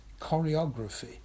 choreography